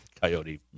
Coyote